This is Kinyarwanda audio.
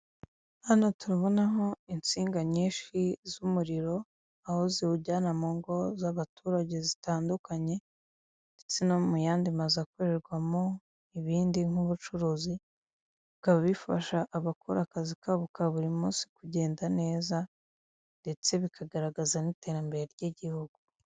Hano turabonaho insinga nyinshi z'umuriro, aho ziwujyana mu ngo z'abaturage zitandukanye, ndetse no mu yandi mazu akorerwamo ibindi, nk'ubucuruzi, bikaba bifasha abakora akazi kabo ka buri munsi kugenda neza, ndetse bikagaragaza n'iterambere ry'igihugu.